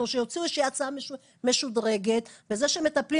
או שיוציאו איזושהי הצעה משודרגת וזה שהם מטפלים